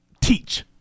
teach